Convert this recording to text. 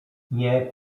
nie